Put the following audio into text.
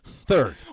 Third